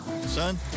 son